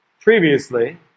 previously